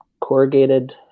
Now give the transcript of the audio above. corrugated